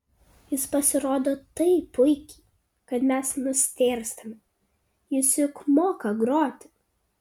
jis pasirodo taip puikiai kad mes nustėrstame jis juk moka groti